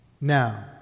Now